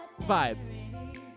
Vibe